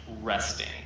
resting